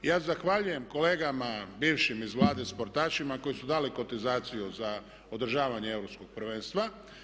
Ja zahvaljujem kolegama bivšim iz Vlade sportašima koji su dali kotizaciju za održavanje europsko prvenstva.